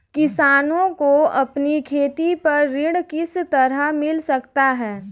किसानों को अपनी खेती पर ऋण किस तरह मिल सकता है?